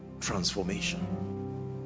transformation